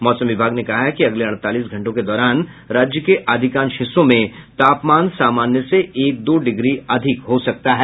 मौसम विभाग ने कहा है कि अगले अड़तालीस घंटों के दौरान राज्य के अधिकांश हिस्सों में तापमान सामान्य से एक दो डिग्री अधिक हो सकता है